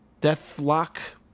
Deathlock